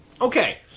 Okay